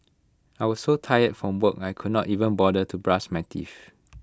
I was so tired from work I could not even bother to brush my teeth